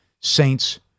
Saints